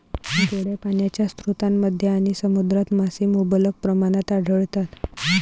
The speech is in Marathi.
गोड्या पाण्याच्या स्रोतांमध्ये आणि समुद्रात मासे मुबलक प्रमाणात आढळतात